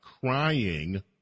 crying